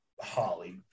Holly